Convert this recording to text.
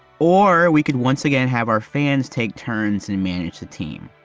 or we could once again have our fans take turns and manage the team.